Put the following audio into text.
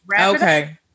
okay